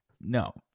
no